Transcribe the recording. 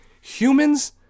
Humans